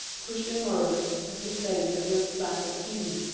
christian moralists have declaimed against black as heathen,